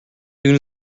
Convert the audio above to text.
soon